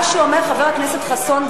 מה שאומר חבר הכנסת חסון,